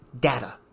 data